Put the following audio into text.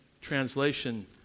translation